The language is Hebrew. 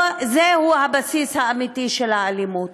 זהו הבסיס האמיתי של האלימות.